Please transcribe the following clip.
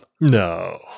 No